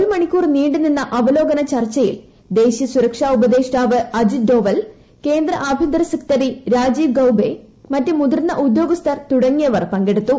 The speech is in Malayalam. ഒരു മണി ക്കൂർ നീണ്ടു നിന്ന അവലോകന ചർച്ചയിൽ ദേശീയ സുരക്ഷാ ഉപദേ ഷ്ടാവ് അജിത് ഡോവൽ കേന്ദ്രിആഭ്യന്തര സെക്രട്ടറി രാജീവ് ഗൌബെ മറ്റ് മുതിർന്ന ഉദ്യോശ്സ്മർ തുടങ്ങിയവർ പങ്കെടുത്തു